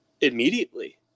immediately